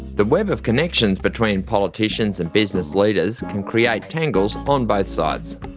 the web of connections between politicians and business leaders can create tangles on both sides.